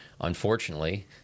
unfortunately